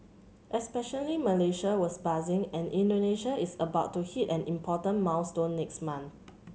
especially Malaysia was buzzing and Indonesia is about to hit an important milestone next month